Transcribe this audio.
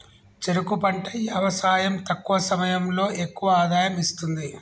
చెరుకు పంట యవసాయం తక్కువ సమయంలో ఎక్కువ ఆదాయం ఇస్తుంది